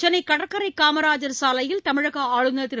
சென்னை கடற்கரை காமராஜர் சாலையில் தமிழக ஆளுநர் திரு